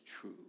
true